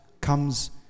comes